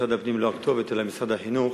משרד הפנים הוא לא הכתובת אלא משרד החינוך.